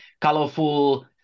colorful